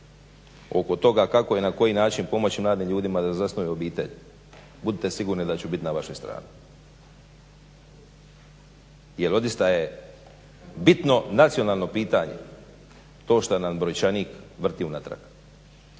oko toga kako i na koji način pomoći mladim ljudima da zasnuju obitelj budite sigurni da ću biti na vašoj strani jer odista je bitno nacionalno pitanje to što nam brojčanik vrti unatrag.